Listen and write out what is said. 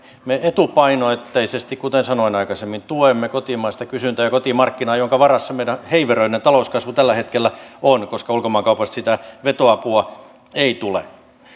me etupainotteisesti kuten sanoin aikaisemmin tuemme kotimaista kysyntää ja kotimarkkinaa jonka varassa meidän heiveröinen talouskasvu tällä hetkellä on koska ulkomaankaupasta sitä vetoapua ei tule